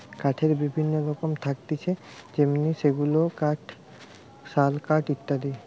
কাঠের বিভিন্ন রকম থাকতিছে যেমনি সেগুন কাঠ, শাল কাঠ ইত্যাদি